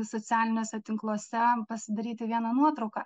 socialiniuose tinkluose pasidaryti vieną nuotrauką